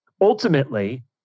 Ultimately